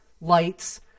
lights